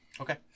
Okay